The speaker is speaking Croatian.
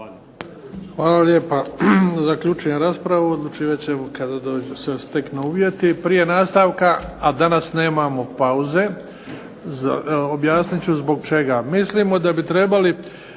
Hvala lijepa. Zaključujem raspravu, odlučivat ćemo kada se steknu uvjeti. Prije nastavka, a danas nemamo pauze, objasnit ću zbog čega. Mislimo da bi trebali